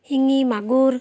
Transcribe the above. শিঙি মাগুৰ